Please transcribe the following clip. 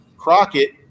Crockett